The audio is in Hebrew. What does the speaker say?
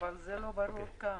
זה לא ברור כאן.